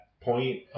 point